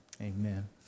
Amen